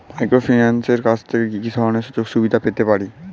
মাইক্রোফিন্যান্সের কাছ থেকে কি কি ধরনের সুযোগসুবিধা পেতে পারি?